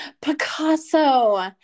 Picasso